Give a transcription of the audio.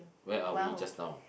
where are we just now